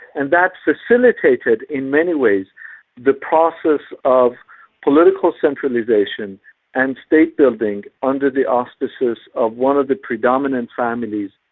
and that's facilitated in many ways the process of political centralisation and state-building under the auspices of one of the predominant families,